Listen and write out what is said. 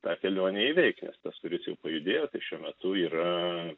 tą kelionę įveikė nes tas kuris jau pajudėjo tai šiuo metu yra